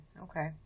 Okay